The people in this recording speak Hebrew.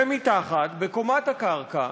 ומתחת, בקומת הקרקע,